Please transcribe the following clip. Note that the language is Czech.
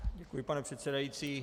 Děkuji, pane předsedající.